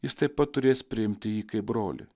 jis taip pat turės priimti jį kaip brolį